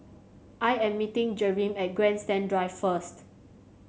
I am meeting Jereme at Grandstand Drive first